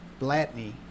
Blatney